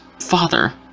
father